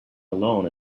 alone